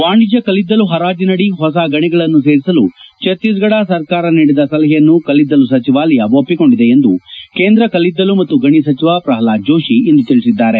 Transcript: ವಾಣಿಜ್ಯ ಕಲ್ಲಿದ್ದಲು ಹರಾಜಿನಡಿ ಹೊಸ ಗಣಿಗಳನ್ನು ಸೇರಿಸಲು ಛತ್ತೀಸ್ಗಡ ಸರ್ಕಾರ ನೀಡಿದ್ದ ಸಲಹೆಯನ್ನು ಕಲ್ಲಿದ್ದಲು ಸಚಿವಾಲಯ ಒಪ್ಪಿಕೊಂಡಿದೆ ಎಂದು ಕೇಂದ್ರ ಕಲ್ಲಿದ್ದಲು ಮತ್ತು ಗಣಿ ಸಚಿವ ಪ್ರಲ್ನಾದ್ ಜೋಶಿ ಇಂದು ತಿಳಿಸಿದ್ದಾರೆ